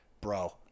bro